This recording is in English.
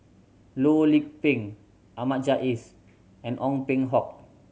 Loh Lik Peng Ahmad Jais and Ong Peng Hock